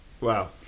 Wow